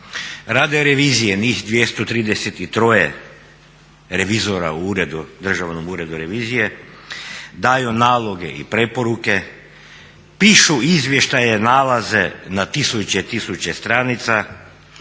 Rade revizije, njih 233 revizora u Državnom uredu revizije, daju naloge i preporuke, pišu izvještaje, nalaze, na tisuće i tisuće stranica,